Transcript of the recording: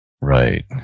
Right